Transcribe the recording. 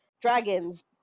dragons